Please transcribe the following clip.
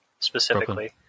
Specifically